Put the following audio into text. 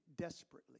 desperately